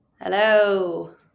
Hello